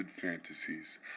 fantasies